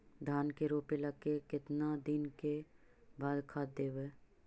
धान के रोपला के केतना दिन के बाद खाद देबै?